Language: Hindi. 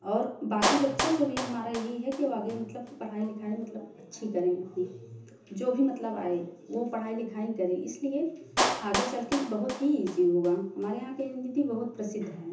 और बाकी बच्चों से भी हमारा यही है कि वो आगे मतलब पढ़ाई लिखाई मतलब अच्छी करें जो भी मतलब आए वो पढ़ाई लिखाई करें इसलिए आगे चल के बहुत ही ईजी होगा हमारे यहाँ कि ये नीति बहुत प्रसिद्ध है